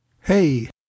Hey